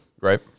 Right